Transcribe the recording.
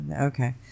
okay